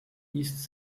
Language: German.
east